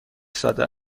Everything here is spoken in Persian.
ساده